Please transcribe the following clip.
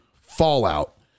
Fallout